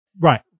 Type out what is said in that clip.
Right